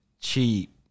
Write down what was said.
Cheap